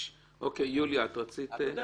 אוקיי, יוליה, את רצית?